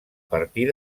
partir